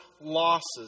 losses